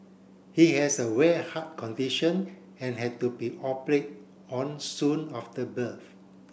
he has a rare heart condition and had to be operate on soon after birth